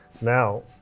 Now